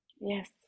Yes